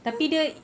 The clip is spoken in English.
!huh!